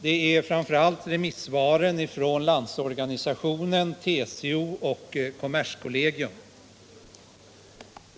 Det är remissvaren från Landsorganisationen, TCO och kommerskollegium.